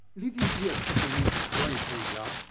living here doesn't mean destroying who yeah ah